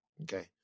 Okay